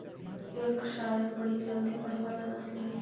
Yorkshire बड़ी जल्दी बढ़े वाला नस्ल हई